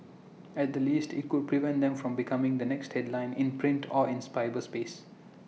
at the least IT could prevent them from becoming the next headline in print or in cyberspace